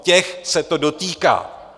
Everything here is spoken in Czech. Těch se to dotýká.